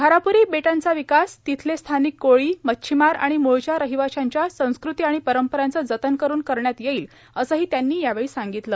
घाराप्री बेटाचा विकास तिथले स्थानिक कोळी मच्छीमार आणि मूळच्या रहिवाशांच्या संस्कृती आणि परंपरांचे जतन करुन करण्यात येईल असंही त्यांनी यावेळी सांगितलं